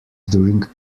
during